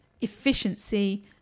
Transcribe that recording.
efficiency